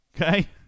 okay